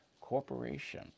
Corporation